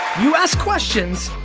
you ask questions,